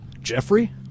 Jeffrey